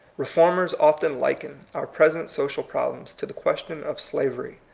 reformers often liken our present social problems to the question of slavery.